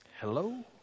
Hello